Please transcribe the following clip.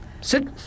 Sit